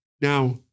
Now